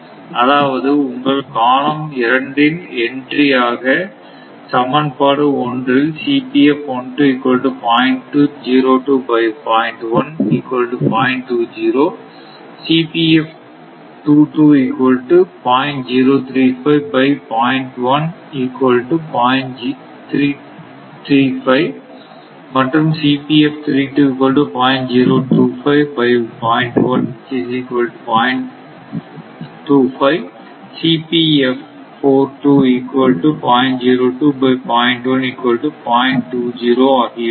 அதாவது உங்கள் காலம் 2 இன் என்ற்றி ஆக சமன்பாடு 1 இல் மற்றும் ஆகியவை இருக்கும்